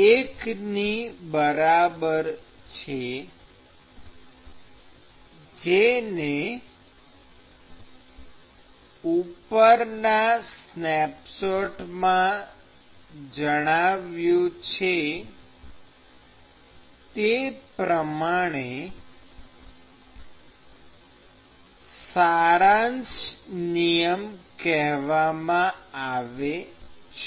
1 ની બરાબર છે જેને ઉપરના સ્નેપશોટમાં જણાવ્યું છે તે પ્રમાણે સારાંશ નિયમ કહેવામાં આવે છે